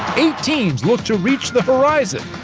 eight teams look to reach the horizon,